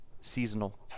seasonal